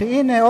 הנה,